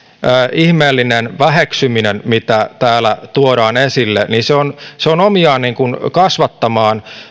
ihmeellinen väheksyminen mitä täällä tuodaan esille on omiaan kasvattamaan